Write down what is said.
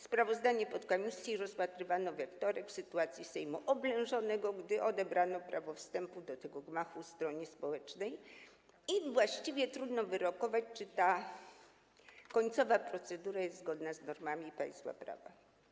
Sprawozdanie podkomisji rozpatrywano we wtorek, w sytuacji oblężonego Sejmu, gdy prawo wstępu do tego gmachu odebrano stronie społecznej, i właściwie trudno wyrokować, czy ta końcowa procedura była zgodna z normami państwa prawa.